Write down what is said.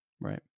Right